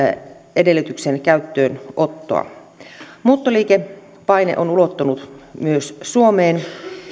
edellytyksen käyttöönottoa muuttoliikepaine on ulottunut myös suomeen